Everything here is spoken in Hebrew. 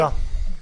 התשובה היא כן,